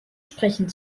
sprechen